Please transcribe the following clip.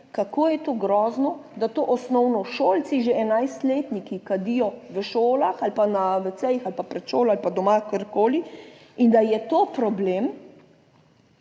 kako je to grozno, da to osnovnošolci že 11-letniki kadijo v šolah ali pa na WC-jih ali pa pred šolo ali pa doma, karkoli in da je to problem.